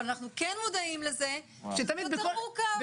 אבל אנחנו כן מודעים לזה שזה מורכב.